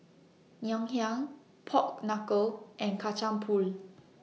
Ngoh Hiang Pork Knuckle and Kacang Pool